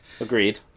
Agreed